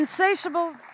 Insatiable